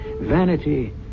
Vanity